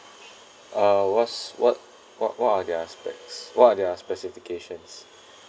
uh was what what what are their specs what are their specifications